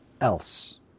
else